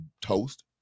toast